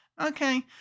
okay